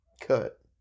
cut